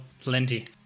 plenty